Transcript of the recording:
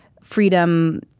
freedom